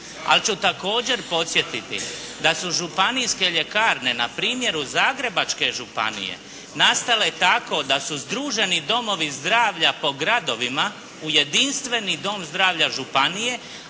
ali ću također podsjetiti da u županijske ljekarne na primjeru Zagrebačke županije nastale tako da su sdruženi domovi zdravlja po gradovima u jedinstveni dom zdravlja županije